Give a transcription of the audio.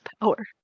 power